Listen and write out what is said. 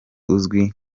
uzwi